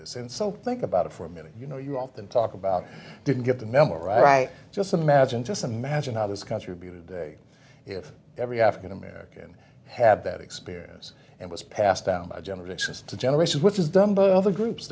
this in so think about it for a minute you know you often talk about didn't get the memo right just imagine just imagine how this country be today if every african american had that experience and was passed down by generation to generation which is done by other groups